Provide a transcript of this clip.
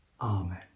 Amen